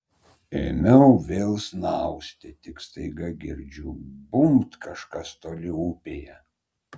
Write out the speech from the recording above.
ėmiau vėl snausti tik staiga girdžiu bumbt kažkas toli upėje